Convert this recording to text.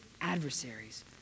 adversaries